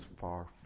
far